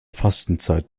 fastenzeit